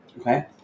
Okay